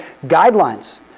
guidelines